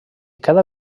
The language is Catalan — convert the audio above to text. cada